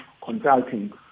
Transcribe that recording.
consulting